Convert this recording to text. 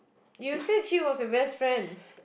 you said she was your best friend